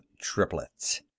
triplets